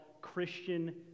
Christian